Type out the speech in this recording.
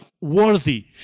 worthy